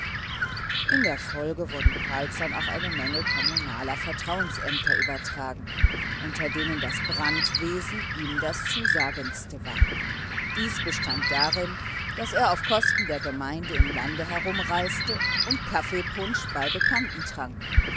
in der folge wurden carlsson auch eine menge kommunaler vertrauensämter übertragen unter denen das brandwesen ihm das zusagendste war dies bestand darin daß er auf kosten der gemeinde im lande herumreiste und kaffeepunsch bei bekannten trank